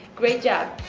great job.